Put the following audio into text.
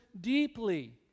deeply